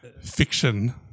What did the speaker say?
fiction